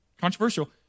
controversial